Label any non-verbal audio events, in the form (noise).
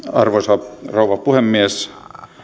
(unintelligible) arvoisa rouva puhemies